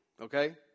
okay